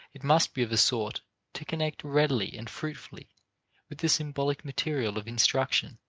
it must be of a sort to connect readily and fruitfully with the symbolic material of instruction.